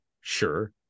Sure